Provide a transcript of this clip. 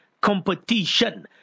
competition